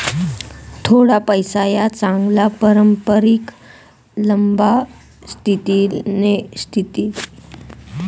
थोडा पैसा या चांगला पारंपरिक लंबा स्थितीले विरुध्द शेत